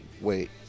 wait